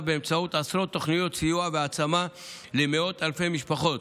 באמצעות עשרות תוכניות סיוע והעצמה למאות אלפי משפחות.